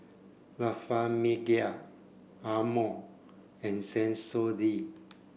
La Famiglia Amore and Sensodyne